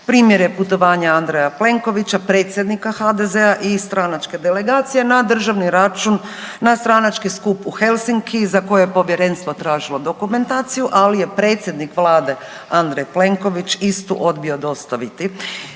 Primjer je putovanja Andreja Plenkovića, predsjednika HDZ-a i stranačke delegacije na državni račun na stranački skup u Helsinki za koje je Povjerenstvo tražilo dokumentaciju, ali je predsjednik Vlade, Andrej Plenković istu odbio dostaviti,